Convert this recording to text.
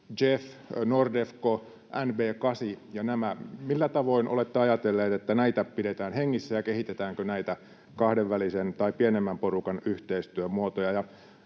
JEF, Nordefco, NB8 ja nämä? Millä tavoin olette ajatelleet, että näitä pidetään hengissä, ja kehitetäänkö näitä kahdenvälisen tai pienemmän porukan yhteistyömuotoja?